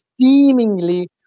seemingly